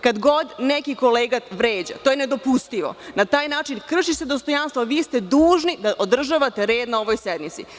Kad god neki kolega vređa, to je nedopustivo, na taj način krši se dostojanstvo, a vi ste dužni da održavate red na ovoj sednici.